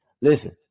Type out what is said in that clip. listen